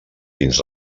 dins